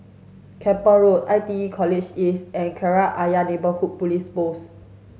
Keppel Road I T E College East and Kreta Ayer Neighbourhood Police Post